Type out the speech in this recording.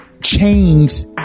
chains